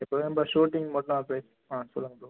இப்போ நம்ப ஷூட்டிங் மட்டும் தான் ஆ சொல்லுங்கள் ப்ரோ